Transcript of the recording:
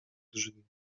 drzwi